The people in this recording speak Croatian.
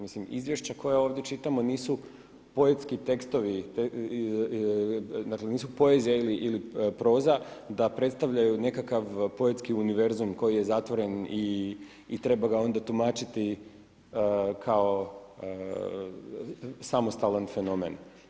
Mislim izvješća koja ovdje čitamo nisu poetski tekstovi dakle nisu poezija ili proza da predstavljaju nekakva poetski univerzum koji je zatvoren i treba ga onda tumačiti kao samostalan fenomen.